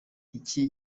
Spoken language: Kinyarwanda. iki